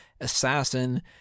assassin